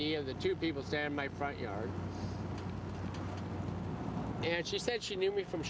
of the two people stand my front yard and she said she knew me from